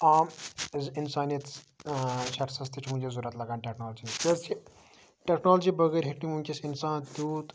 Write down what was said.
عام اِنسانیتَس شَخصَس تہِ چھِ ونکٮ۪س ضوٚرَتھ لَگان ٹیٚکنالجی کیازکہِ ٹیٚکنالجی بَغٲرۍ ہیٚکہِ نہٕ اِنسان تیوٗت